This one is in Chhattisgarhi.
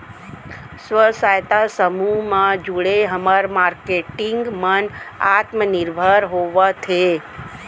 स्व सहायता समूह म जुड़े हमर मारकेटिंग मन आत्मनिरभर होवत हे